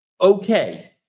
okay